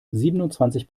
siebenundzwanzig